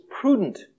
prudent